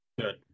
Good